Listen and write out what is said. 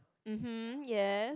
mmhmm ya